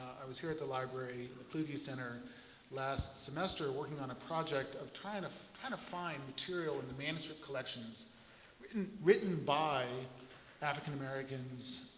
i was here at the library kluge center last semester working on a project of trying to kind of find material in the manuscript collections written written by african americans,